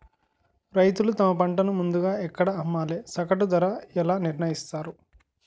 రైతులు తమ పంటను ముందుగా ఎక్కడ అమ్మాలి? సగటు ధర ఎలా నిర్ణయిస్తారు?